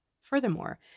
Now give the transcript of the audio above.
Furthermore